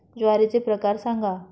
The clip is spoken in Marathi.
ज्वारीचे प्रकार सांगा